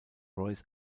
royce